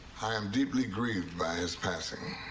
i am deeply grieved by his passing.